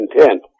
intent